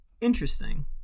interesting